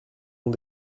ont